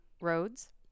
roads